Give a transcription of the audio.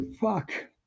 Fuck